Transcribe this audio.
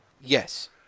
yes